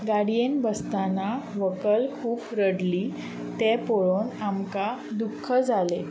गाडयेन बसताना व्हंकल खूब रडली तें पळोवन आमकां दुख्ख जालें